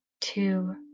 two